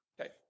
Okay